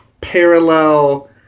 parallel